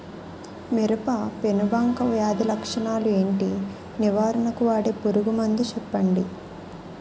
మిరప పెనుబంక వ్యాధి లక్షణాలు ఏంటి? నివారణకు వాడే పురుగు మందు చెప్పండీ?